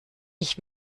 ich